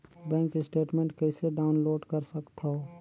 Bank statement कइसे download कर सकथव?